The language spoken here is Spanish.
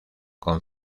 con